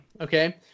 okay